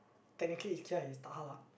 technically Ikea is tak halal